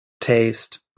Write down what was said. taste